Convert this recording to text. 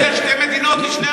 הוא הציע שתי מדינות לשני עמים.